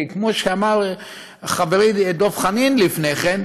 כי כמו שאמר חברי דב חנין לפני כן,